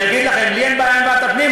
אני אגיד לכם: לי אין בעיה עם ועדת הפנים,